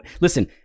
Listen